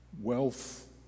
Wealth